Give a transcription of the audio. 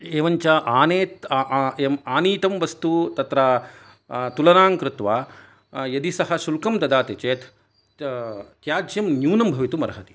एवं च आनेत् आनीतं वस्तु तत्र तुलनां कृत्वा यदि सः शुल्कं ददाति चेत् त्याज्यं न्यूनं भवितुम् अर्हति